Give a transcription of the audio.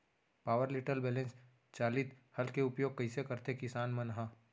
Power tiller balance चालित हल के उपयोग कइसे करथें किसान मन ह?